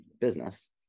business